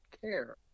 care